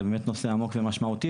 זה נושא עמוק ומשמעותי,